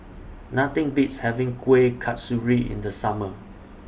Nothing Beats having Kueh Kasturi in The Summer